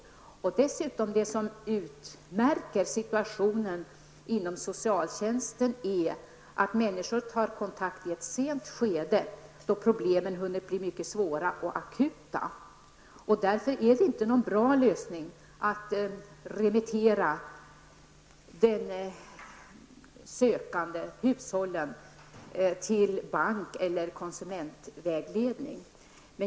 Det som dessutom utmärker situationen inom socialtjänsten är att människor tar kontakt i ett sent skede då problemen hunnit bli svåra och akuta. Därför är det inte någon bra lösning att remittera sökande hushåll till bank eller konsumentvägledning.